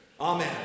Amen